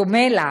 בדומה לה,